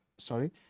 Sorry